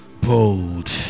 bold